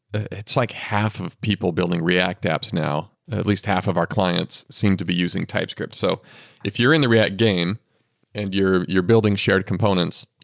it's like half of people building react apps now. at least half of our clients seem to be using typescript so if you're in the react game and you're you're building shared components,